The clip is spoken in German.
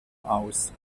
aus